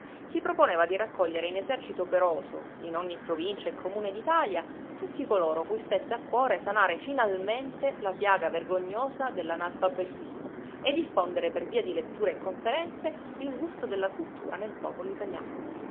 si proponeva di raccogliere in esercito operoso in ogni provincia e comune d'italia tutti coloro cui stesse a cuore sanare finalmente la piaga vergognosa dell'analfabetismo e diffondere per via di letture e conferenze il gusto della cultura nel popolo italiano